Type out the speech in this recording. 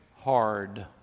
hard